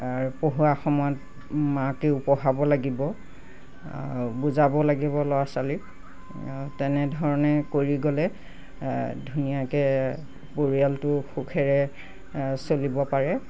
আৰু পঢ়ুৱা সময়ত মাকেও পঢ়াব লাগিব বুজাবও লাগিব ল'ৰা ছোৱালীক তেনেধৰণে কৰি গ'লে ধুনীয়াকৈ পৰিয়ালটো সুখেৰে চলিব পাৰে